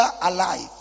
alive